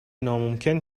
ناممکن